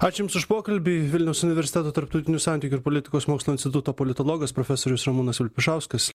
ačiū jums už pokalbį vilniaus universiteto tarptautinių santykių ir politikos mokslų instituto politologas profesorius ramūnas vilpišauskas